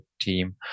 team